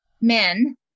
men